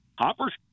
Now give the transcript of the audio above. Hopper's